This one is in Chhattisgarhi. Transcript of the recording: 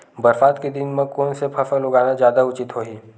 बरसात के दिन म कोन से फसल लगाना जादा उचित होही?